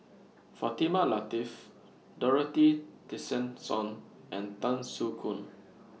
Fatimah Lateef Dorothy Tessensohn and Tan Soo Khoon